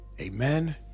Amen